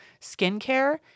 skincare